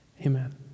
Amen